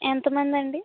ఎంతమందండి